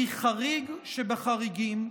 היא חריג שבחריגים,